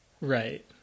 Right